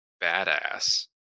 badass